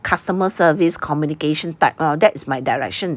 customer service communication type err that's my direction